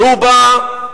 והוא בא,